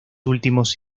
últimos